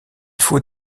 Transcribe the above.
faut